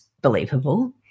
believable